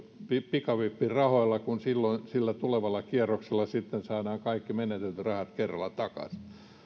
pikavippirahoilla kun silloin sillä tulevalla kierroksella sitten saadaan kaikki menetetyt rahat kerralla takaisin jos